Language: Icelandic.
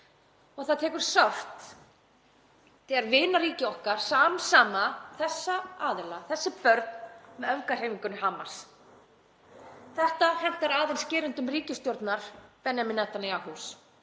og það tekur sárt þegar vinaríki okkar samsama þessa aðila, þessi börn, með öfgahreyfingunni Hamas. Þetta hentar aðeins gerendum ríkisstjórnar Benjamins Netanyahus,